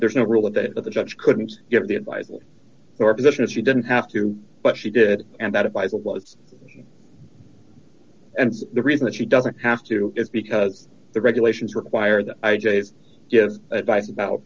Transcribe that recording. there's no rule that the judge couldn't give the advice or position if he didn't have to but she did and that is by the laws and the reason that she doesn't have to because the regulations require the i j a to give advice about